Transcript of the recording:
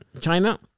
China